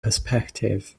perspective